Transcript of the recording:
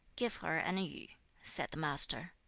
give her an yu said the master.